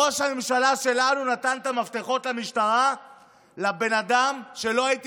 ראש הממשלה שלנו נתן את המפתחות למשטרה לבן אדם שלא הייתי